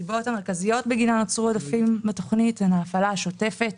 הסיבות המרכזיות בגינן נוצרו עודפים בתוכנית הן ההפעלה השוטפת